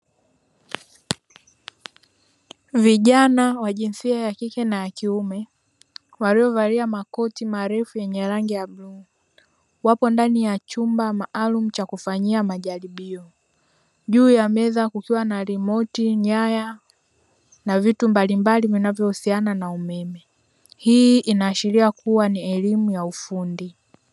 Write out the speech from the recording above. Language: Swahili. Vijana wa jinsia ya kike na wa kiume waliovalia makoti marefu yenye rangi ya bluu, wapo ndani ya chumba maalumu cha kufanyia majaribio. Juu ya meza kukiwa na rimoti, nyaya na vitu mbalimbali vinavyohusiana na umeme, hii inaashiria kuwa ni elimu ya ufundi.